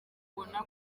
ubona